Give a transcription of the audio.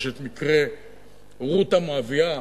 יש מקרה רות המואבייה,